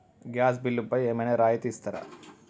Gas బిల్లుపై ఏమైనా రాయితీ ఇస్తారా?